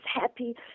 happy